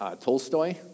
Tolstoy